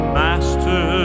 master